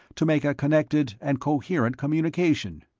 to make a connected and coherent communication.